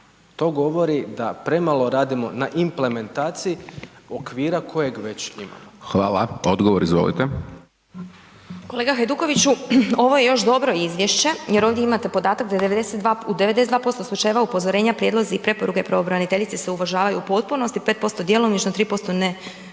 To govori da premalo radimo na implementaciji okvira kojeg već imamo. **Hajdaš Dončić, Siniša (SDP)** Hvala. Odgovor izvolite. **Glasovac, Sabina (SDP)** Kolega Hajdukoviću, ovo je još dobro izvješće jer ovdje imate podatak da u 92% slučajeva upozorenja, prijedlozi i preporuke pravobraniteljice se uvažavaju u potpunosti, 5% djelomično, 3% ne